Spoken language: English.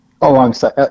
alongside